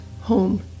home